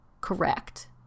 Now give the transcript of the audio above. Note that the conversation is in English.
correct